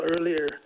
earlier